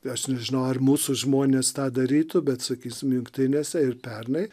aš nežinau ar mūsų žmonės tą darytų bet sakysim jungtinėse ir pernai